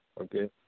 Okay